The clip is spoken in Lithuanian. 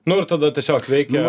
nu ir tada tiesiog veikia